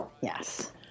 yes